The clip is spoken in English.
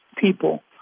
people